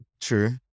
true